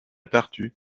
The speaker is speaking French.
tartu